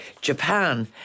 japan